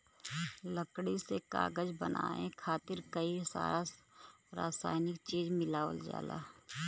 लकड़ी से कागज बनाये खातिर कई सारा रासायनिक चीज मिलावल जाला